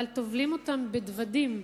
אבל טובלים אותם בדוודים,